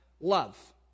love